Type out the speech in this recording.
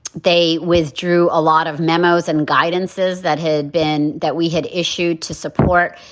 they withdrew a lot of memos and guidances that had been that we had issued to support